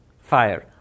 fire